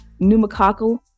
pneumococcal